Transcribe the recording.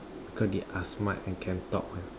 cause they are smart and can talk